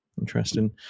Interesting